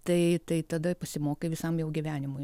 tai tai tada pasimokai visam jau gyvenimui